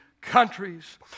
countries